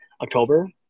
October